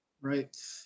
Right